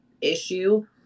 issue